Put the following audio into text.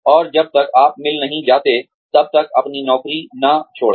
और जब तक आप मिल नहीं जाते तब तक अपनी नौकरी न छोड़ें